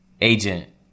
agent